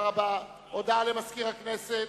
(תיקון מס' 2),